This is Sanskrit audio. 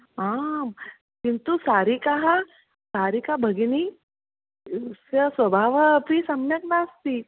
आं किन्तु सारिका सारिका भगिनी एतस्याः स्वभावः अपि सम्यक् नास्ति